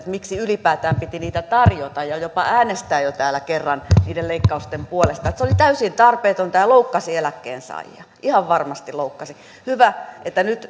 ihmetelleet miksi ylipäätään piti niitä tarjota ja jopa äänestää jo täällä kerran niiden leikkausten puolesta se oli täysin tarpeetonta ja loukkasi eläkkeensaajia ihan varmasti loukkasi hyvä että nyt